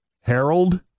Harold